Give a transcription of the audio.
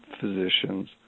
physicians